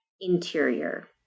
interior